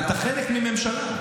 אתה חלק מממשלה.